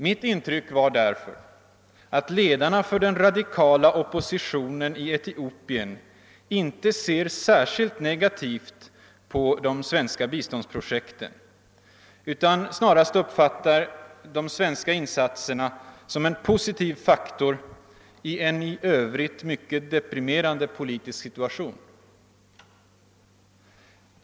Mitt intryck är mot denna bakgrund att ledarna för den radikala oppositionen i Etiopien inte ser särskilt negativt på de svenska biståndsprojekten utan snarast uppfattar de svenska insatserna som en positiv faktor i en i övrigt mycket deprimerande politisk situation.